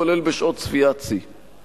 כולל בשעות צפיית שיא.